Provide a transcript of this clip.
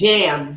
Jam